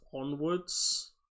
onwards